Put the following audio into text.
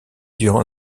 durant